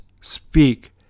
speak